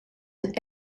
een